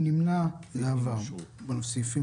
הצבעה סעיפים